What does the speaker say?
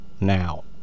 now